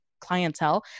clientele